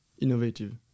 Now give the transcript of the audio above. innovative